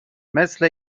مثل